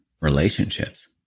relationships